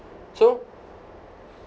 so